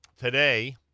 Today